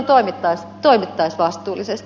silloin toimittaisiin vastuullisesti